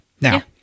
Now